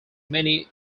many